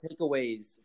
takeaways